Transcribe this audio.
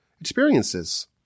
experiences